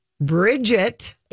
Bridget